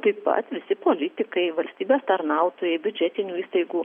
taip pat visi politikai valstybės tarnautojai biudžetinių įstaigų